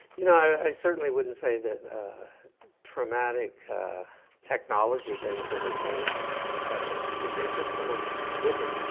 you know i certainly wouldn't say that traumatic technology things are the main impediment, they're just the most vivid for